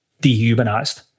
dehumanized